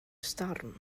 storm